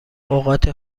اوقات